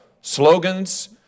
slogans